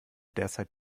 derzeit